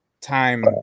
time